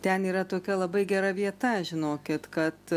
ten yra tokia labai gera vieta žinokit kad